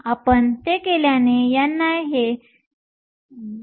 आपण ते केल्याने ni हे 2